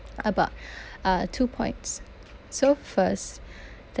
about uh two points so first